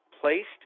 placed